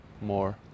more